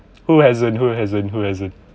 who hasn't who hasn't who hasn't